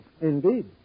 Indeed